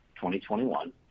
2021